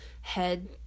head